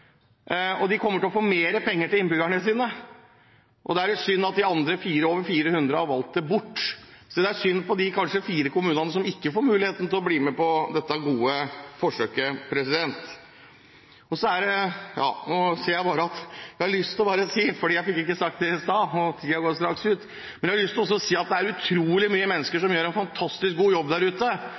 og de kommer til å få mer penger til innbyggerne sine. Det er litt synd at de over 400 andre har valgt det bort. Så det er kanskje synd på de fire kommunene som ikke får mulighet til å bli med på dette gode forsøket. Jeg har lyst til bare å si – for jeg fikk ikke sagt det i stad, og tida går straks ut – at det er utrolig mange mennesker som gjør en fantastisk god jobb der ute,